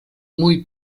muy